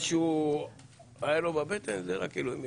מה שהיה לו בבטן, רק אלוהים יודע.